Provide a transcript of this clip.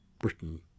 Britain